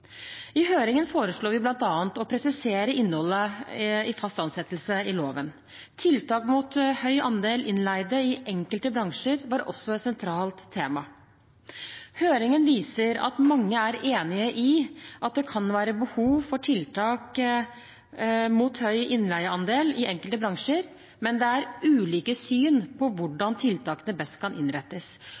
I høringen foreslår vi bl.a. å presisere innholdet i fast ansettelse i loven. Tiltak mot høy andel innleide i enkelte bransjer var også et sentralt tema. Høringen viser at mange er enig i at det kan være behov for tiltak mot høy innleieandel i enkelte bransjer, men det er ulike syn på hvordan tiltakene best kan innrettes,